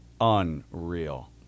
unreal